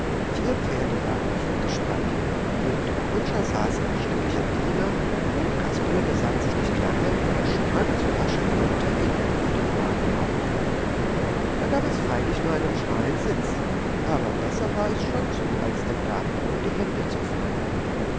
vier pferde waren davor gespannt neben dem kutscher saß ein stattlicher diener und kasperle besann sich nicht lange er sprang so rasch er konnte hinten auf dem wagen auf da gab es freilich nur einen schmalen sitz aber besser war es schon so als dem damian in die hände zu fallen